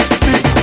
sick